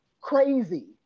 crazy